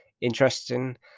interesting